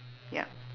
yup